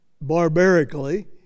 barbarically